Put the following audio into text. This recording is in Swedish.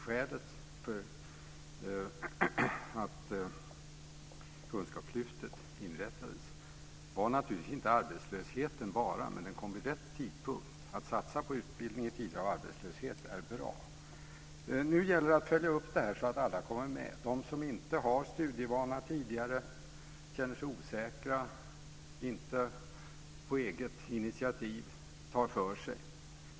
Skälet för att Kunskapslyftet inrättades var naturligtvis inte bara arbetslösheten, men det här kom vid rätt tidpunkt. Att satsa på utbildning i tider av arbetslöshet är bra. Nu gäller det att följa upp det här, så att alla kommer med. De som inte har studievana tidigare känner sig osäkra och tar inte på eget initiativ för sig.